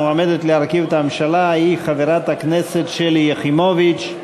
והמועמדת להרכיב את הממשלה היא חברת הכנסת שלי יחימוביץ.